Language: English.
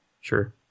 Sure